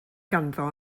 ganddo